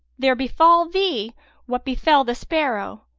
there befal thee what befel the sparrow.